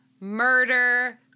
murder